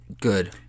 good